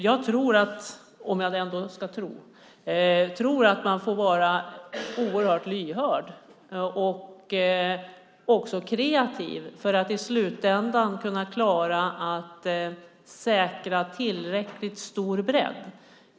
Jag tror - om jag nu ändå ska tro - att man får vara oerhört lyhörd och kreativ för att i slutändan kunna klara att säkra tillräckligt stor bredd.